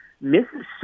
Mississippi